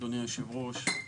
אדוני היושב-ראש,